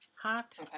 Hot